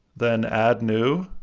then add new